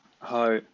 Hi